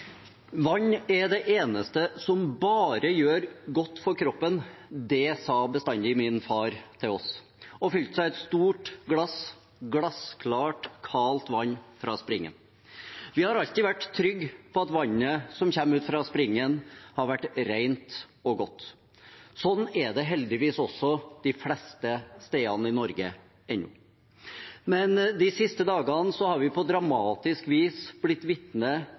Vann er det eneste som bare gjør godt for kroppen. Det sa bestandig min far til oss og fylte seg et stort glass glassklart, kaldt vann fra springen. Vi har alltid vært trygge på at vannet som kommer ut av springen, har vært rent og godt. Sånn er det heldigvis også de fleste stedene i Norge ennå. Men de siste dagene har vi på dramatisk vis blitt vitne